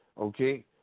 Okay